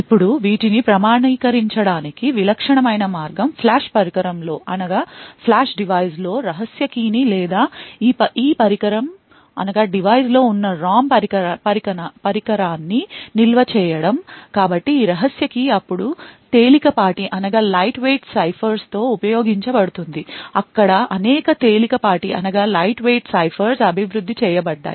ఇప్పుడు వీటిని ప్రామాణీకరించడానికి విలక్షణమైన మార్గం ఫ్లాష్ పరికరంలో రహస్య key ని లేదా ఈ పరికరంలో ఉన్న ROM పరికరాన్ని నిల్వ చేయడం కాబట్టి ఈ రహస్య key అప్పుడు తేలిక పాటి ciphers తో ఉపయోగించబడుతుంది అక్కడ అనేక తేలిక పాటి ciphers అభివృద్ధి చేయబడ్డాయి